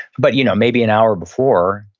but you know maybe an hour before,